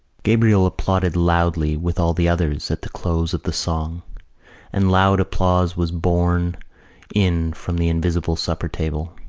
gabriel applauded loudly with all the others at the close of the song and loud applause was borne in from the invisible supper-table.